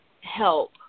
help